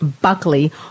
Buckley